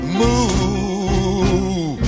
move